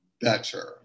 Better